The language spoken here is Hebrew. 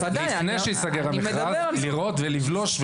לראות ולבלוש,